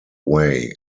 way